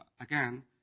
Again